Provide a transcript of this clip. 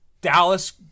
Dallas